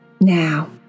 Now